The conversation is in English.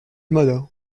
mother